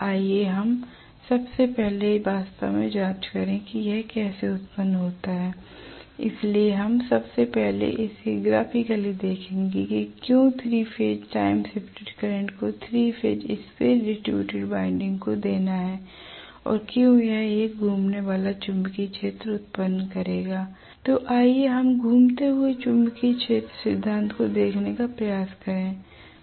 आइए हम सबसे पहले वास्तव में जांच करें कि यह कैसे उत्पन्न होता है l इसलिए हम सबसे पहले इसे ग्राफिकली देखेंगे कि क्यों 3 फेज टाइम शिफ्टेड करंट को 3 phase space distributed winding space distributed winding को देना है और क्यों यह एक घूमने वाला चुंबकीय क्षेत्र उत्पन्न करेगा l तो आइए हम घूमते हुए चुंबकीय क्षेत्र सिद्धांत को देखने का प्रयास करें